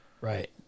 Right